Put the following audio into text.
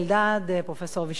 פרופסור אבישי ברוורמן,